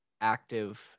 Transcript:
active